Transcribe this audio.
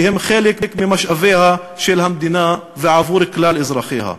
שהן חלק ממשאביה של המדינה ועבור כלל אזרחיה,